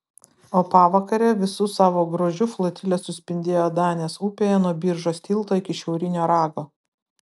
o pavakare visu savo grožiu flotilė suspindėjo danės upėje nuo biržos tilto iki šiaurinio rago